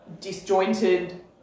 disjointed